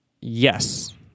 yes